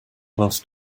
class